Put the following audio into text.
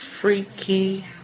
freaky